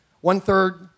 One-third